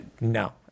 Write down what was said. no